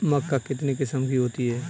मक्का कितने किस्म की होती है?